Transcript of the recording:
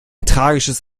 tragisches